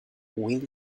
will